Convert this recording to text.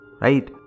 Right